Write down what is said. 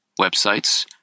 websites